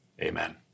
Amen